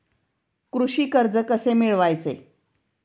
कृषी कर्ज कसे मिळवायचे?